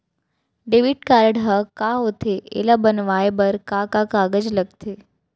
Debit card ह का होथे एला बनवाए बर का का कागज लगथे?